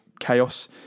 chaos